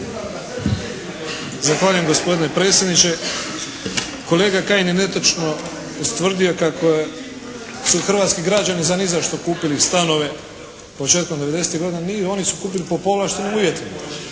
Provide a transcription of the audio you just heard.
Zahvaljujem gospodine predsjedniče. Kolega Kajin je netočno ustvrdio kako je, su hrvatski građani za nizašto kupili stanove početkom '90.-ih godina. Nije oni su kupili po povlaštenim uvjetima.